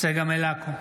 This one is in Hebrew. צגה מלקו,